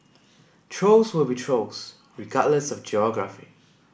trolls will be trolls regardless of geography